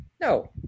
No